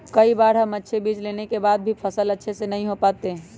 कई बार हम अच्छे बीज लेने के बाद भी फसल अच्छे से नहीं हो पाते हैं?